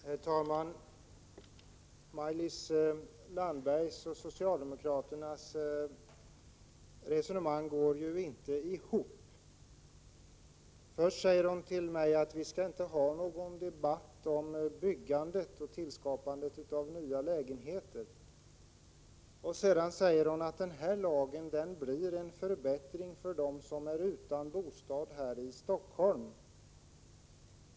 Herr talman! Maj-Lis Landbergs och socialdemokraternas resonemang går ju inte ihop. Först säger Maj-Lis Landberg att vi inte skall föra en debatt om byggandet och tillskapandet av nya lägenheter och sedan säger hon att lagen medför en förbättring för dem som är utan bostad här i Stockholm.